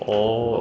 orh